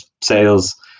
sales